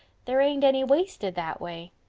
there ain't any wasted that way.